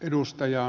edustaja